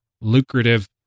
lucrative